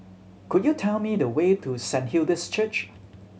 could you tell me the way to Saint Hilda's Church